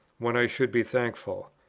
when i should be thankful.